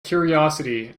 curiosity